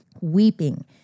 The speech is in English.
weeping